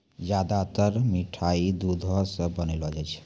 ज्यादातर मिठाय दुधो सॅ बनौलो जाय छै